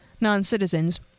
non-citizens